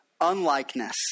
unlikeness